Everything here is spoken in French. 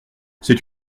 c’est